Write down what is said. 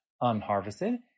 unharvested